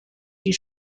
die